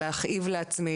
על להכאיב לעצמי,